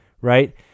right